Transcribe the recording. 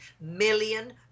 million